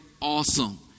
awesome